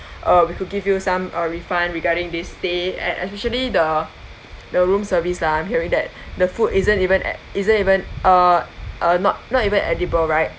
uh we could give you some uh refund regarding this stay and especially the the room service lah I'm hearing that the food isn't even at isn't even uh uh not not even edible right